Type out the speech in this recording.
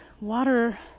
water